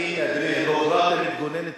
אני לא מזהיר עכשיו, הזהרתי יותר משלוש פעמים.